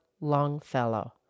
Longfellow